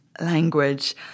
language